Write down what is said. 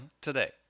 today